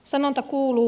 sanonta kuuluu